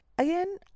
Again